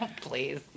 please